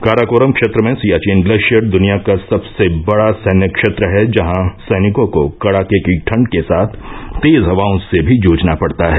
काराकोरम क्षेत्र में सियाचिन ग्लेशियर दुनिया का सबसे बड़ा सैन्य क्षेत्र है जहां सैनिकों को कड़ाके की ठंड के साथ तेज हवाओं से भी जूझना पड़ता है